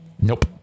nope